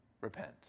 repent